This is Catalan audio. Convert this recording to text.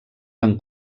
van